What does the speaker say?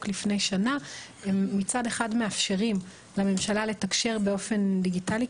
לפני שנה מצד אחד מאפשרים לממשלה לתקשר באופן דיגיטלי,